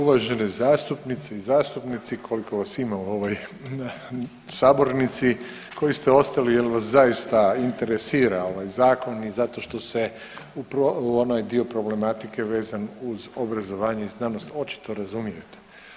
Uvaženi zastupnice i zastupnici koliko vas ima u ovoj sabornici koji ste ostali jer vas zaista interesira ovaj zakon i zato što se upravo onaj dio problematike vezan uz obrazovanje i znanost očito razumijete.